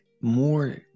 more